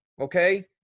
Okay